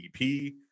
EP